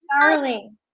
darling